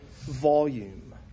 volume